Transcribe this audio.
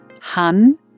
hun